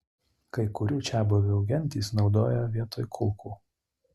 kai kurių čiabuvių gentys naudoja vietoj kulkų